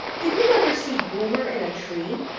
did you ever see boomer in a tree?